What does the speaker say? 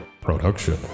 production